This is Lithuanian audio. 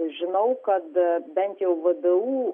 žinau kad bent jau vdu